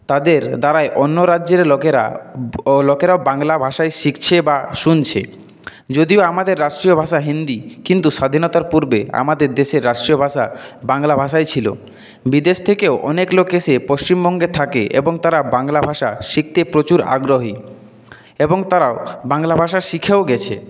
তাদের দ্বারাই অন্য রাজ্যের লোকেরা লোকেরাও বাংলা ভাষাই শিখছে বা শুনছে যদিও আমাদের রাষ্ট্রীয় ভাষা হিন্দি কিন্তু স্বাধীনতার পূর্বে আমাদের দেশের রাষ্ট্রীয় ভাষা বাংলা ভাষাই ছিল বিদেশ থেকেও অনেক লোক এসে পশ্চিমবঙ্গে থাকে এবং তারা বাংলা ভাষা শিখতে প্রচুর আগ্রহী এবং তারা বাংলা ভাষা শিখেও গেছে